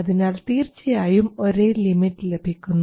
അതിനാൽ തീർച്ചയായും ഒരേ ലിമിറ്റ് ലഭിക്കുന്നു